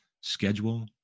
Schedule